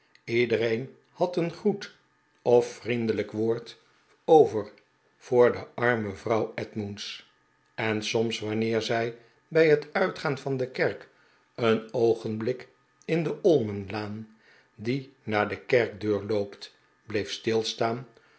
iedereen had een groet of vriendelijk woord over voor de arme vrouw edmunds en soms wanneer zij bij het uitgaan van de kerk een oogenblik in de olmenlaan die naar de kerk deur loopt bleef stilstaan'om